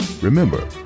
Remember